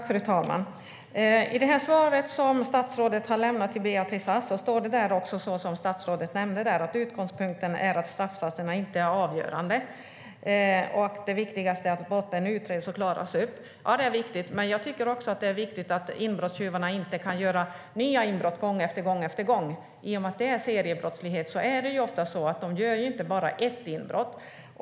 Fru talman! I statsrådets svar till Beatrice Ask står det, som statsrådet nämnde, att utgångspunkten är att straffsatserna inte är avgörande och att det viktigaste är att brotten utreds och klaras upp. Ja, det är viktigt. Men jag tycker att det också är viktigt att inbrottstjuvarna inte kan göra nya inbrott gång efter gång. I och med att det är seriebrottslighet är det ofta så att dessa personer inte gör bara ett inbrott.